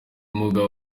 ubumuga